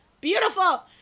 beautiful